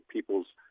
People's